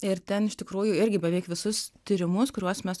ir ten iš tikrųjų irgi beveik visus tyrimus kuriuos mes